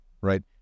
right